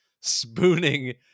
spooning